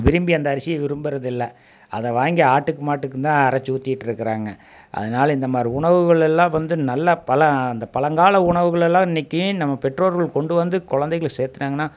விரும்பி அந்த அரிசியை விரும்புறதில்ல அதை வாங்கி ஆட்டுக்கும் மாட்டுக்குந்தான் அரைச்சி ஊத்திட்ருக்கிறாங்க அதனால இந்தமாதிரி உணவுகளெல்லாம் வந்து நல்ல அந்த பழங்கால உணவுகளெல்லாம் இன்னைக்கி நம்ம பெற்றோர்கள் கொண்டு வந்து குழந்தைகளுக்கு சேத்துனாங்கனா